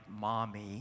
mommy